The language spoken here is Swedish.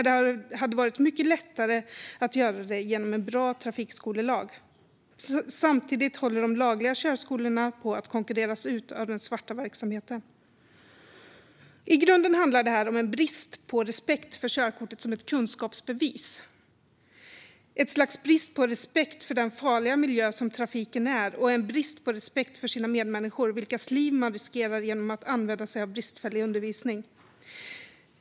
Det hade egentligen varit mycket lättare att göra det genom en bra trafikskolelag. Samtidigt håller de lagliga körskolorna på att konkurreras ut av den svarta verksamheten. I grunden handlar detta om en brist på respekt för körkortet som ett kunskapsbevis. Det är också ett slags brist på respekt för den farliga miljö som trafiken är och en brist på respekt för sina medmänniskor, vilkas liv man riskerar genom att använda sig av bristfällig undervisning.